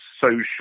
social